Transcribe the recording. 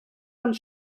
ond